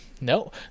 No